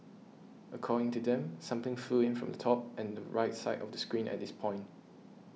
according to them something flew in from the top and the right side of the screen at this point